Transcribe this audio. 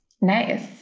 Nice